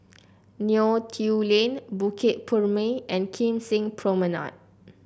Neo Tiew Lane Bukit Purmei and Kim Seng Promenade